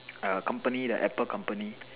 company the apple company